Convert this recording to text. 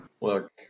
Look